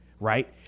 right